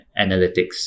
analytics